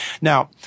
Now